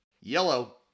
yellow